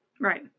right